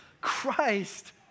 Christ